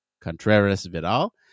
Contreras-Vidal